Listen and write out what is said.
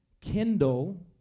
kindle